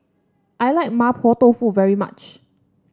I like Mapo Tofu very much